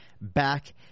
back